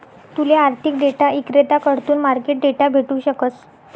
तूले आर्थिक डेटा इक्रेताकडथून मार्केट डेटा भेटू शकस